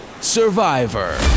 survivor